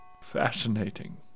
Fascinating